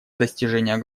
достижения